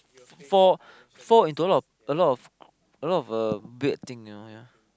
fall fall into a lot of a lot of a lot of uh weird thing you know yea